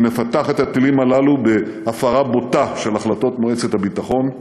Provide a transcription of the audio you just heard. היא מפתחת את הטילים הללו בהפרה בוטה של החלטות מועצת הביטחון.